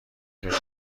اجاره